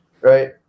right